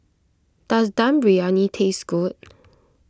does Dum Briyani taste good